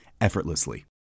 effortlessly